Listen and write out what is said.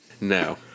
No